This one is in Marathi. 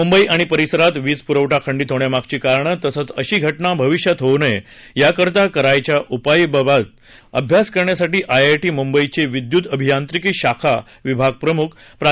मुंबई आणि परिसरात वीज पुरवठा खंडीत होण्यामागची कारणं तसंच अशी घटना भविष्यात होऊ नये याकरता करायच्या उपायांबाबत अभ्यास करण्यासाठी आयआयटी मुंबईचे विद्यतु अभियांत्रिकी शाखा विभाग प्रमुख प्रा